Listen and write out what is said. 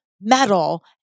metal